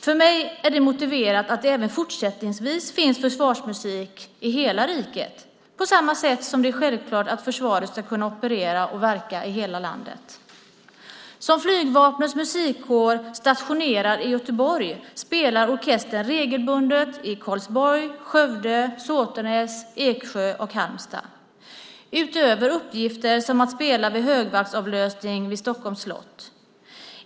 För mig är det motiverat att det även fortsättningsvis finns försvarsmusik i hela riket på samma sätt som det är självklart att försvaret ska kunna operera och verka i hela landet. Som Flygplanets musikkår stationerad i Göteborg spelar orkestern regelbundet i Karlsborg, Skövde, Såtenäs, Eksjö och Halmstad utöver uppgifter som att spela vid högvaktsavlösning vid Stockholms slott.